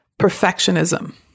perfectionism